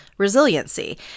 resiliency